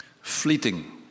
Fleeting